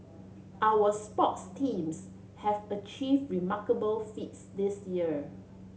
our sports teams have achieve remarkable feats this year